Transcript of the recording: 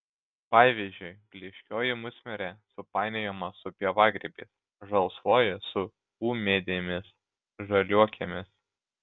pavyzdžiui blyškioji musmirė supainiojama su pievagrybiais žalsvoji su ūmėdėmis žaliuokėmis